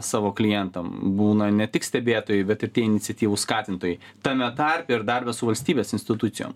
savo klientam būna ne tik stebėtojai bet ir iniciatyvų skatintojai tame tarpe ir darbe su valstybės institucijom